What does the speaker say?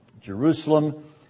Jerusalem